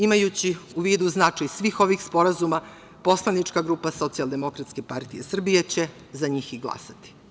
Imajući u vidu značaj svih ovih sporazuma, poslanička grupa Socijaldemokratske partije Srbije će za njih i glasati.